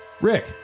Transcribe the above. Rick